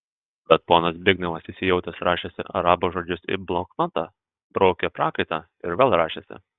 bet ponas zbignevas įsijautęs rašėsi arabo žodžius į bloknotą braukė prakaitą ir vėl rašėsi